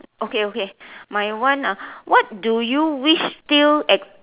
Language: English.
okay okay my one uh what do you wish still ex~